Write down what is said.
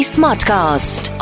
Smartcast